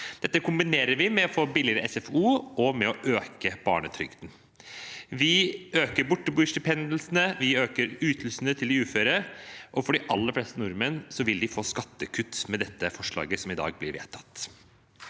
Dette kombinerer vi med å få billigere SFO og å øke barnetrygden. Vi øker borteboerstipendytelsene, vi øker ytelsene til de uføre, og de aller fleste nordmenn vil få skattekutt med det forslaget som i dag blir vedtatt.